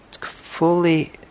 fully